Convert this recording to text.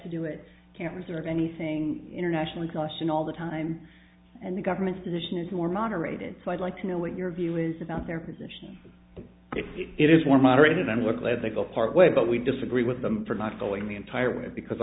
to do it can preserve anything internationally question all the time and the government's position is more moderated so i'd like to know what your view is about their position it is more moderated and we're glad they go part way but we disagree with them for not going the entire way because